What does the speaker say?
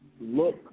look